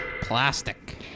plastic